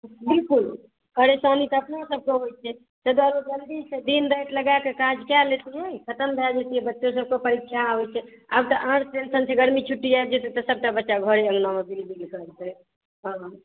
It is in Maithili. बिलकुल परेशानी तऽ अपना सबकेँ आबैत छै ताहि दुआरे जल्दीसँ दिन राति लगाय कऽ काज कए लेतै तऽ खतम भए जैतै बच्चो सबकेँ परीक्षा आबैत छै आब तऽ आर टेंशन छै गर्मी छुट्टी आबि जेतै तऽ सबटा बच्चा घरे अङ्गनामे बिनबिन करतै हँ